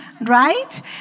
right